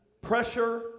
pressure